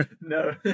no